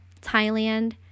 Thailand